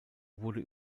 wurde